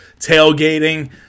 tailgating